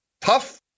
Tough